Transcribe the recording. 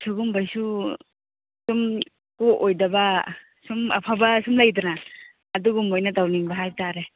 ꯑꯁꯤꯒꯨꯝꯕꯒꯤꯁꯨ ꯁꯨꯝ ꯀꯣꯛꯑꯣꯏꯗꯕ ꯁꯨꯝ ꯑꯐꯕ ꯁꯨꯝ ꯂꯩꯗꯅ ꯑꯗꯨꯒꯨꯝꯕ ꯑꯣꯏꯅ ꯇꯧꯅꯤꯡꯕ ꯍꯥꯏꯕꯇꯥꯔꯦ